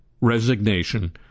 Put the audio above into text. resignation